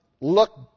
look